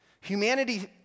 Humanity